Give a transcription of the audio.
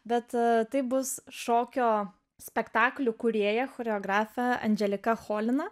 bet tai bus šokio spektaklių kūrėja choreografė andželika cholina